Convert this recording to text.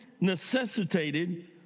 necessitated